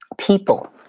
People